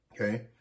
Okay